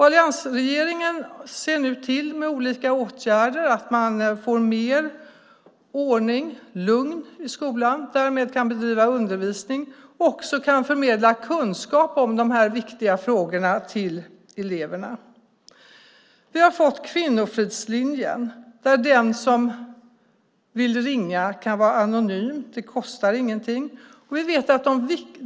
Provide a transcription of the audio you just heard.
Alliansregeringen ser nu genom olika åtgärder till att man får mer ordning och lugn i skolan och därmed kan bedriva undervisning och förmedla kunskap om de här viktiga frågorna till eleverna. Vi har fått kvinnofridslinjen, där den som vill ringa kan vara anonym. Det kostar ingenting.